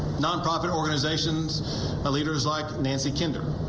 not bother organizations and leaders like nancy cantor.